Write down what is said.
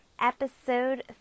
Episode